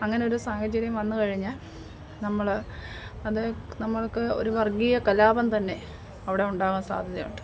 അങ്ങനൊരു സാഹചര്യം വന്ന് കഴിഞ്ഞാൽ നമ്മൾ അത് നമ്മൾക്ക് ഒരു വർഗ്ഗീയ കലാപം തന്നെ അവിടെ ഉണ്ടാവാൻ സാധ്യതയുണ്ട്